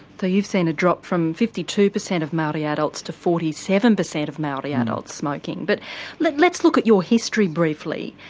so you've seen a drop from fifty two percent of maori adults to forty seven percent of maori adults smoking. but let's look at your history briefly.